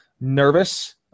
nervous